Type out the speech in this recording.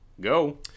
go